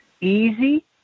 easy